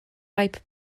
ripe